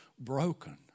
broken